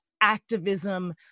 activism